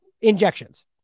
injections